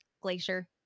glacier